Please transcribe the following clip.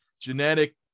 genetic